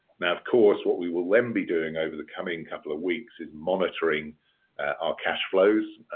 now, of course, what we will then be doing over the coming couple of weeks is monitoring our cash flows,